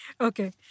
okay